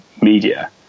media